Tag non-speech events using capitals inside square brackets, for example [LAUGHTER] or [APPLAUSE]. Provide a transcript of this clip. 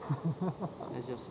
[LAUGHS]